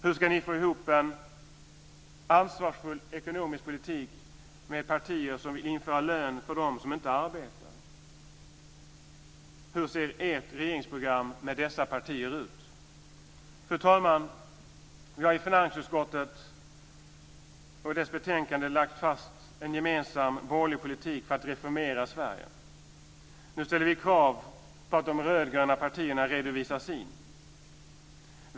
Hur ska ni få ihop en ansvarsfull ekonomisk politik tillsammans med ett parti som vill införa lön för dem som inte arbetar? Hur ser ert regeringsprogram med dessa partier ut? Fru talman! Vi har i finansutskottet och dess betänkande lagt fast en gemensam borgerlig politik för att reformera Sverige. Nu ställer vi krav på att de rödgröna partierna redovisar sin.